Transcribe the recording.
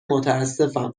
متاسفم